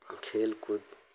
खेल कूद